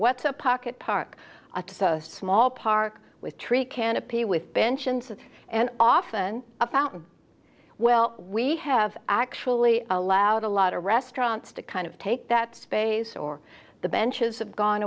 what's a pocket park a small park with tree canopy with pensions and often a fountain well we have actually allowed a lot of restaurants to kind of take that space or the benches have gone